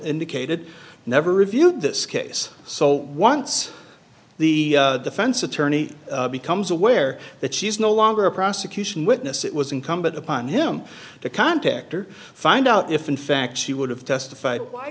indicated never reviewed this case so once the defense attorney becomes aware that she's no longer a prosecution witness it was incumbent upon him to contact or find out if in fact she would have testified why